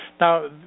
Now